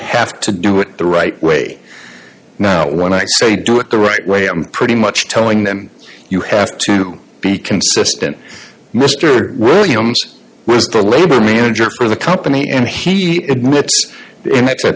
have to do it the right way not when i say do it the right way i'm pretty much telling them you have to be consistent mr williams was the labor manager for the company and he admits